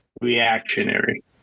reactionary